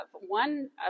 one